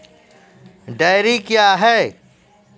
Dairy क्या हैं?